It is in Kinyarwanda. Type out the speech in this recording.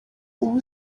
ubu